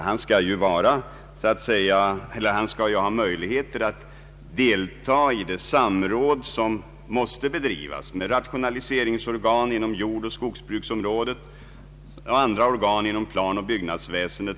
Han skall ha möjligheter att delta i det samråd som måste äga rum med rationaliseringsorgan inom jordbruksoch skogsbruksområdet och andra organ inom planoch byggnadsväsendet.